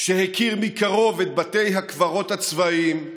שהכיר מקרוב את בתי הקברות הצבאיים,